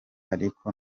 ariko